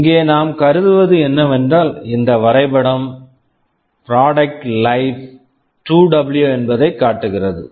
இங்கே நாம் கருதுவது என்னவென்றால் இந்த வரைபடம் ப்ராடக்ட் லைப் product life 2டபுள்யூ 2W என்பதைக் காட்டுகிறது